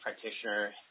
practitioner